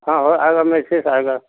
हाँ और आएगा आएगा